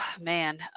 man